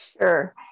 Sure